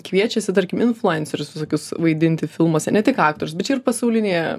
kviečiasi tarkim influencerius visokius vaidinti filmuose ne tik aktorius bet čia ir pasaulinėje